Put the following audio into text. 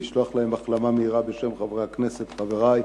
לשלוח להם ברכת החלמה מהירה בשם חברי הכנסת חברי,